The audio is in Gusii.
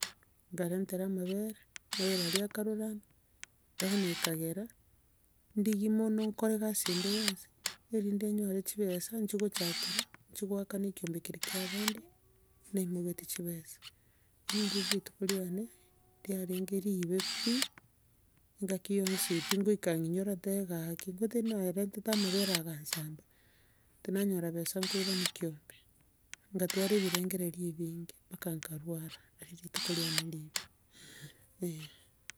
Nkarentera amabere, amabere aria akarurana, iga bono ekagera ndigie mono nkore egasi ende yonsi, erinde nyore chibesa nchie gochakera, nchie koakana ekeombe ekeri kia abande naimoketie chibesa, eri nario rituko riane, riarenge ribe pi, engaki yonsi pi nkoika ng'inyorete gaki, ngote naerentete amabere agasamba, tinanyora besa nkiorania kiombe. Nkatwara ebirengerio ebinge, mpaka nkarwara, nari rituko riane ribe eh.